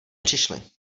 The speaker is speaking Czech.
přišli